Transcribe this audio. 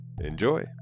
Enjoy